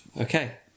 Okay